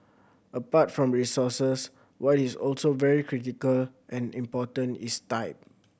apart from resources what is also very critical and important is time